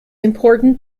important